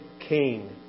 king